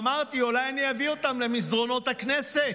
אמרתי, אולי אני אביא אותם למסדרונות הכנסת.